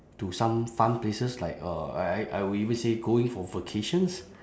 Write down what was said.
to some fun places like uh I I I would even say going for vacations